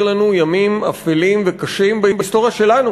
לנו ימים אפלים וקשים בהיסטוריה שלנו,